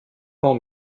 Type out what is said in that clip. pan